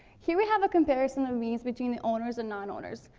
here we have a comparison of means between the owners and non-owners.